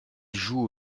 jouent